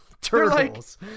turtles